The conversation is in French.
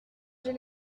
j’ai